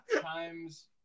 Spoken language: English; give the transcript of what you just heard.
Times